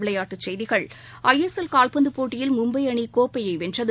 விளையாட்டுச்செய்திகள் I S L கால்பந்துப் போட்டியில் மும்பைஅணிகோப்பையைவென்றது